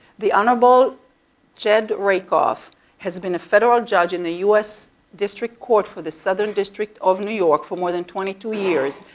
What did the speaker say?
the honorable jed rakoff has been a federal judge in the us district court for the southern district of new york for more than twenty two years.